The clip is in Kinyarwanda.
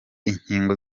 inkingo